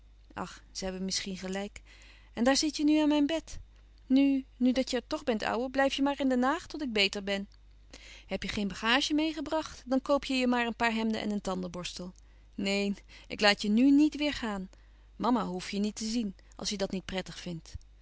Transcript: ach ze hebben misschien gelijk en daar zit je nu aan mijn bed nu nu dat je er toch bent ouwe blijf je maar in den haag tot ik beter ben heb je geen bagage meêgebracht dan koop je je maar een paar hemden en een tandeborstel neen ik louis couperus van oude menschen de dingen die voorbij gaan laat je nu niet weêr gaan mama hoef je niet te zien als je dat niet prettig vindt